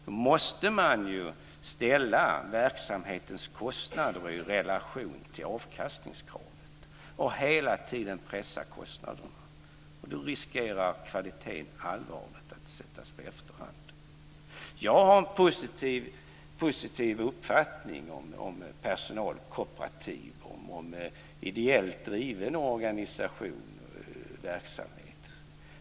Då måste man ställa verksamhetens kostnader i relation till avkastningskravet och hela tiden pressa kostnaderna. Då riskerar kvaliteten allvarligt att komma i efterhand. Jag har en positiv uppfattning om personalkooperativ och om ideellt drivna organisationer och verksamheter.